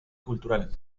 cultural